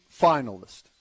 finalist